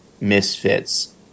misfits